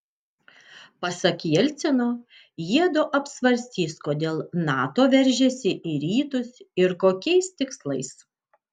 pasak jelcino jiedu apsvarstys kodėl nato veržiasi į rytus ir kokiais tikslais